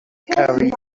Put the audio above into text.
carry